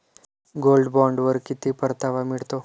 Gold बॉण्डवर किती परतावा मिळतो?